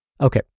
Okay